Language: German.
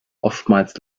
oftmals